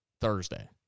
Thursday